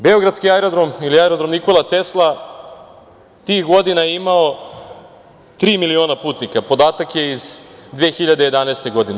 Beogradski aerodrom ili aerodrom „Nikola Tesla“ tih godina je imao tri miliona putnika, podatak je iz 2011. godine.